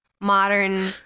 modern